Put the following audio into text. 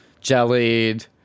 jellied